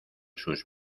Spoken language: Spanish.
sus